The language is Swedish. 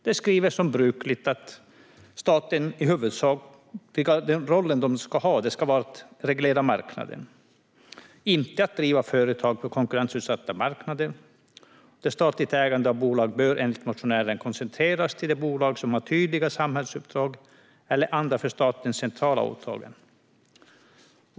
De skriver som brukligt att statens huvudsakliga roll ska vara att reglera marknaden, inte att driva företag på konkurrensutsatta marknader. Det statliga ägandet av bolag bör enligt motionärerna koncentreras till de bolag som har tydliga samhällsuppdrag eller andra för staten centrala åtaganden.